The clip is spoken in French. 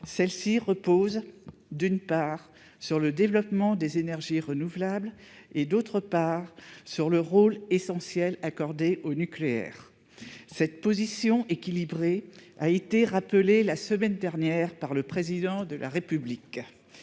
Celle-ci repose, d'une part, sur le développement des énergies renouvelables et, d'autre part, sur le rôle essentiel accordé au nucléaire. Cette position équilibrée a été rappelée la semaine dernière par le Président de la République.